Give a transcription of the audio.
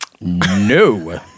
No